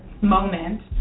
moment